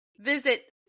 visit